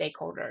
stakeholders